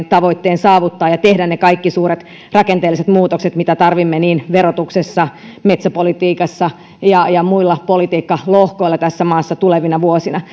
tavoitteen kaksituhattakolmekymmentäviisi saavuttaa ja tehdä ne kaikki suuret rakenteelliset muutokset mitä tarvitsemme verotuksessa metsäpolitiikassa ja ja muilla politiikkalohkoilla tässä maassa tulevina vuosina